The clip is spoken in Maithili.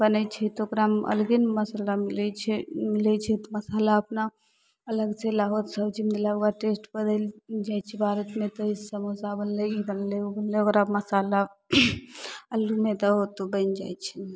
बनै छै तऽ ओकरामे अलगे ने मसल्ला मिलै छै मिलै छै तऽ मसल्ला अपना अलगसे लाबऽ सबजी मिलेलाके बाद टेस्ट बदलि जाइ छै भारतमे तऽ समोसा बनलै ई बनलै ओ बनलै ओकरामे मसल्ला अल्लूमे दहो तऽ ओ बनि जाइ छै